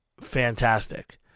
fantastic